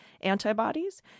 antibodies